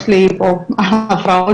סליחה,